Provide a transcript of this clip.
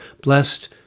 blessed